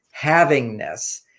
havingness